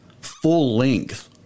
full-length